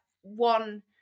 one